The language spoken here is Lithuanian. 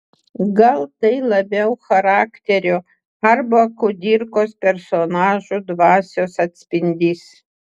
gal tai labiau charakterio arba kudirkos personažų dvasios atspindys